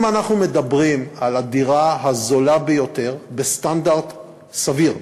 אם אנחנו מדברים על הדירה הזולה ביותר בסטנדרט סביר,